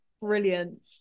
Brilliant